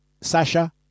Sasha